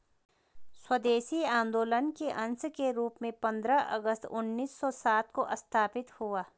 स्वदेशी आंदोलन के अंश के रूप में पंद्रह अगस्त उन्नीस सौ सात को स्थापित हुआ